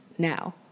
now